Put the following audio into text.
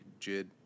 Jid